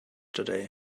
today